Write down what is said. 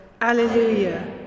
Alleluia